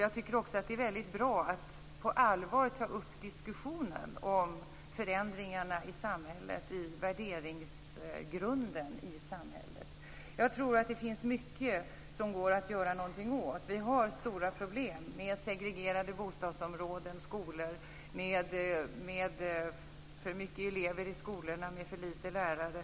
Det är också bra att på allvar ta upp diskussionen om förändringar i samhället och förändringar av värderingarna i samhället. Jag tror att det finns mycket som det går att göra något åt. Vi har stora problem. Det är segregerade bostadsområden, för många elever i skolorna och för få lärare.